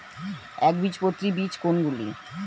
একবীজপত্রী বীজ কোন গুলি?